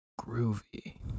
Groovy